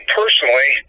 personally